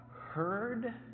heard